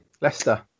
Leicester